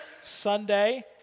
Sunday